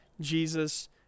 Jesus